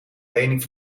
lening